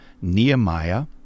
Nehemiah